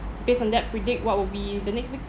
base on that predict what will be the next big thing